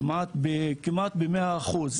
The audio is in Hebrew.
כמעט במאה אחוז,